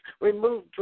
Remove